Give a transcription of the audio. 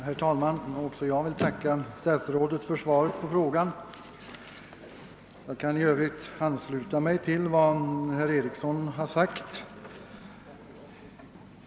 Herr talman! Också jag vill tacka statsrådet för svaret. Jag kan ansluta mig till vad herr Eriksson i Bäckmora har sagt.